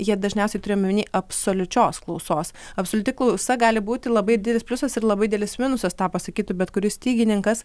jie dažniausiai turi omeny absoliučios klausos absoliuti klausa gali būti labai didelis pliusas ir labai didelis minusas tą pasakytų bet kuris stygininkas